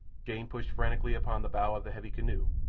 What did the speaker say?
jane pushed frantically upon the bow of the heavy canoe,